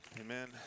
Amen